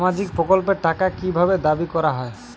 সামাজিক প্রকল্পের টাকা কি ভাবে দাবি করা হয়?